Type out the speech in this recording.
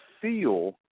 feel